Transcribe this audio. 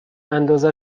انداز